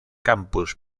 campus